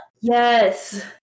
Yes